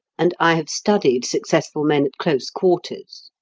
and i have studied successful men at close quarters.